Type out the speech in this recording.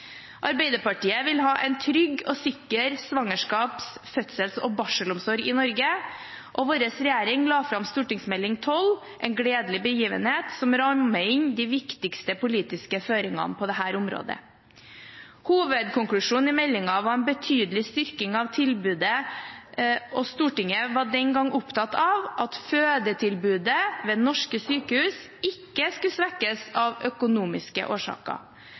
Arbeiderpartiet vil ha en trygg og sikker svangerskaps-, fødsels- og barselomsorg i Norge, og vår regjering la fram St.meld. nr. 12 for 2008–2009, En gledelig begivenhet, som rammer inn de viktigste politiske føringene på dette området. Hovedkonklusjonen i meldingen var en betydelig styrking av tilbudet, og Stortinget var den gang opptatt av at fødetilbudet ved norske sykehus ikke skulle svekkes av økonomiske årsaker,